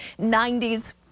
90s